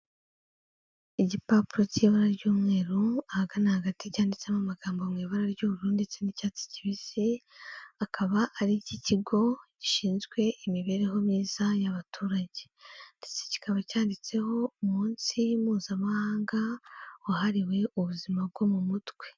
Igipapuro cy'ibara ry'umweru ahagana hagati cyanditsemo amagambo mu ibara ry'ubururu ndetse n'icyatsi kibisi, akaba ari icy'ikigo gishinzwe imibereho myiza y'abaturage ndetse kikaba cyanditseho umunsi mpuzamahanga wahariwe ubuzima bwo mu mutwe.